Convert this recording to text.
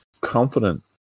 confident